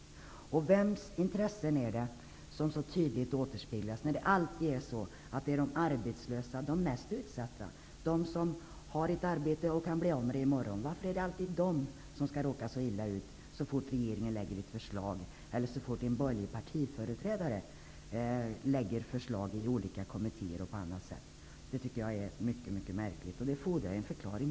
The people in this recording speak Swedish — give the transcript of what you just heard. Vems intressen är det ni företräder när de mest utsatta -- de arbetslösa eller de som har ett arbete men kan bli av med det i morgon -- råkar illa ut så fort regeringen lägger fram en proposition eller så fort en borgerlig partiföreträdare lägger fram ett förslag i en kommitté eller liknande? Det tycker jag är mycket märkligt, och det fordrar en förklaring.